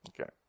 okay